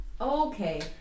Okay